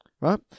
right